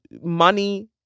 money